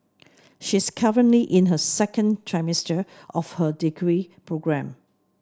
she is currently in her second trimester of her degree program